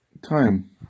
time